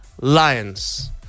Lions